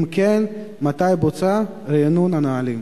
3. אם כן, מתי בוצע רענון הנהלים?